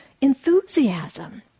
enthusiasm